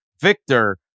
Victor